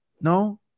no